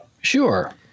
Sure